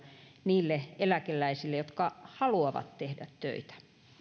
niille eläkeläisille jotka haluavat tehdä töitä